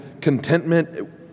contentment